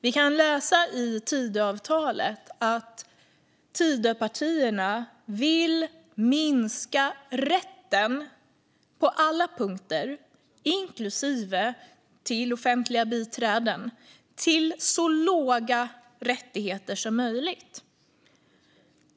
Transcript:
Vi kan läsa i Tidöavtalet att Tidöpartierna vill minska rätten på alla punkter, inklusive rätten till offentliga biträden, till så låga rättigheter som möjligt.